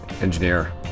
engineer